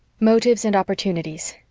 motives and opportunities